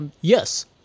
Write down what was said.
yes